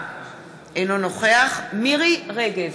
אינו נוכח איוב קרא, אינו נוכח מירי רגב,